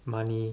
money